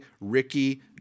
Ricky